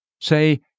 Say